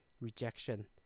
rejection